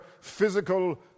physical